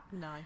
no